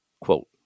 Quote